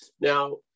Now